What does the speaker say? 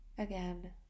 Again